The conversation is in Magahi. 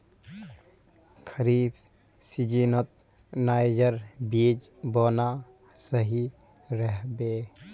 खरीफ सीजनत नाइजर बीज बोना सही रह बे